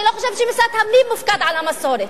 אני לא חושבת שמשרד הפנים מופקד על המסורת,